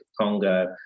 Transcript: Congo